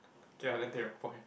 K ah then take your point